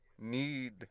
need